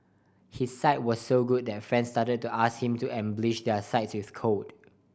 his site was so good that friends started to ask him to embellish their sites with code